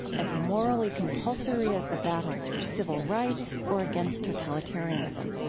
as morally compulsory as the battles for civil rights or against totalitarianism.